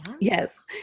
Yes